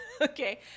Okay